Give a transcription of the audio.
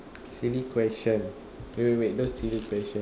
silly question wait wait wait those silly question